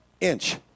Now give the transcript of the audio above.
inch